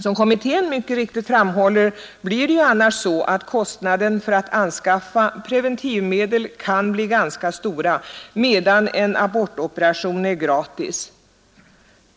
Som kommittén mycket riktigt framhåller blir det ju annars så att kostnaderna för att anskaffa preventivmedel kan bli ganska stora — medan en abortoperation är gratis.